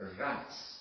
rats